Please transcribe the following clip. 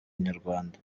inyarwanda